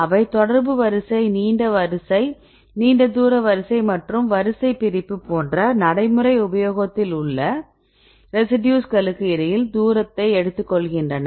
அவை தொடர்பு வரிசை நீண்ட தூர வரிசை மற்றும் வரிசை பிரிப்பு போன்ற நடைமுறை உபயோகத்தில் உள்ள ரெசிடியூஸ்களுக்கு இடையில் தூரத்தை எடுத்துக்கொள்கின்றன